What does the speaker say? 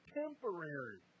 temporary